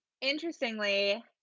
interestingly